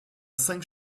cinq